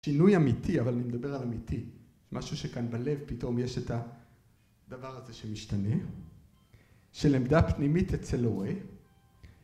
שינוי אמיתי, אבל אני מדבר על אמיתי, משהו שכאן בלב פתאום יש את הדבר הזה שמשתנה, של עמדה פנימית אצל הורה